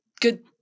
good